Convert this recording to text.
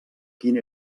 quin